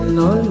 no